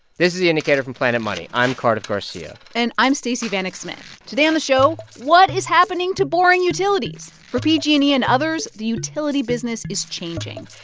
this is the indicator from planet money. i'm cardiff garcia and i'm stacey vanek smith. today on the show what is happening to boring utilities? for pg and e and others, the utility business is changing.